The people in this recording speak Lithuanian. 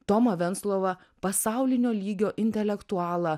tomą venclovą pasaulinio lygio intelektualą